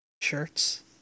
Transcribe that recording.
shirts